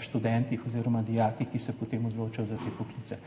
študentih oziroma dijakih, ki se potem odločajo za te poklice.